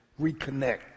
reconnect